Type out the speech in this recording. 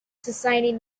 society